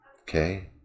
Okay